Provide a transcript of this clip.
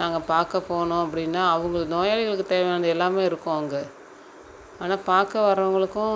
நாங்கள் பார்க்க போனோம் அப்படின்னா அவங்கள் நோயாளிகளுக்கு தேவையானது எல்லாமே இருக்கும் அங்கே ஆனால் பார்க்க வரவங்களுக்கும்